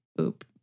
Oop